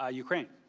ah ukraine.